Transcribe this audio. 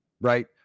Right